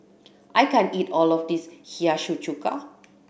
I can't eat all of this Hiyashi Chuka